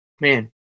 Man